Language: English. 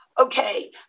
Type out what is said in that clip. okay